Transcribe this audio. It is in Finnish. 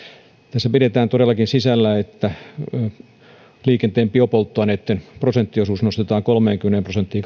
tässä pidetään todellakin sisällä liikenteen biopolttoaineitten prosenttiosuuden nostaminen kolmeenkymmeneen prosenttiin